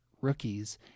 rookies